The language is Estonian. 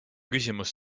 küsimus